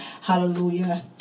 Hallelujah